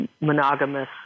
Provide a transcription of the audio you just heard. monogamous